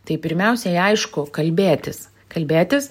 tai pirmiausiai aišku kalbėtis kalbėtis